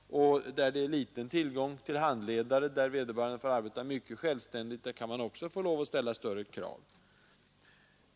Där det är liten tillgång till handledare, och veder! alltså i stor utsträckning får arbeta självständigt, kan man ocks ställa större krav.